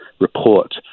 report